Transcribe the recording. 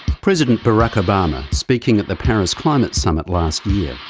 president barack obama, speaking at the paris climate summit last year.